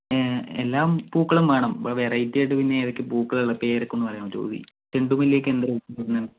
എല്ലാ പൂക്കളും വേണം ഇപ്പോൾ വെറൈറ്റീ ആയിട്ട് പിന്നെ ഏതൊക്കെയാണ് പൂക്കള് ഉള്ളത് പേരൊക്കെ ഒന്ന് പറയാൻ പറ്റുമോ ഈ ചെണ്ടുമല്ലി ഒക്കെ എന്ത് റേറ്റ് വരും